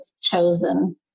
chosen